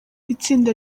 itsinda